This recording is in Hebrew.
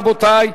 רבותי,